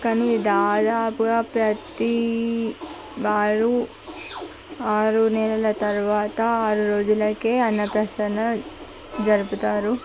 కానీ దాదాపుగా ప్రతి వారు ఆరు నెలల తర్వాత ఆరు రోజులకే అన్నప్రాసన జరుపుతారు